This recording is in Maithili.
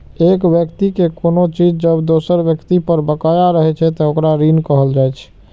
एक व्यक्ति के कोनो चीज जब दोसर व्यक्ति पर बकाया रहै छै, ते ओकरा ऋण कहल जाइ छै